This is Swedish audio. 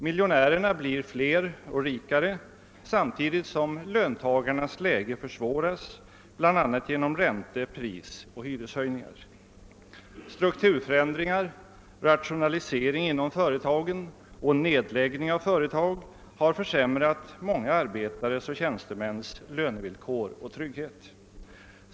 Miljonärerna blir fler och rikare samtidigt som löntagarnas läge försvåras, bl.a. genom ränte-, prisoch hyreshöjningar. Strukturförändringar, rationaliseringar inom företagen och nedläggning av företag har försämrat många arbetares och tjänstemäns lönevillkor och trygghet.